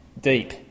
deep